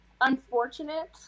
unfortunate